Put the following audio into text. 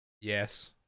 Yes